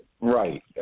Right